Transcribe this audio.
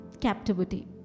captivity